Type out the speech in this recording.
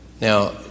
Now